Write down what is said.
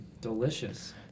delicious